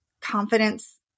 confidence